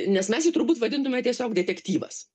nes mes jį turbūt vadintume tiesiog detektyvas